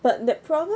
but that problem